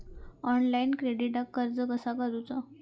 Online क्रेडिटाक अर्ज कसा करुचा?